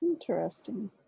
interesting